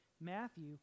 Matthew